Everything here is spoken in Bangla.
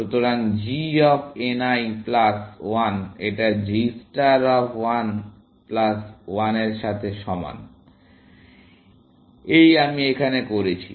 সুতরাং g of n l plus 1 এটা g star of l plus 1 এর সাথে সমান এই আমি এখানে করেছি